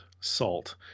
salt